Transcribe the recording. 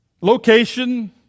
location